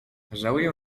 żałuję